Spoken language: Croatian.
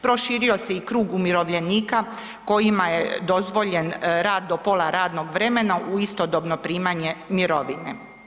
Proširio se i krug umirovljenika kojima je dozvoljen rad do pola radnog vremena u istodobno primanje mirovine.